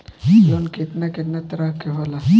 Loan केतना केतना तरह के होला?